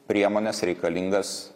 priemones reikalingas